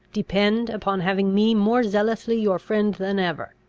depend upon having me more zealously your friend than ever.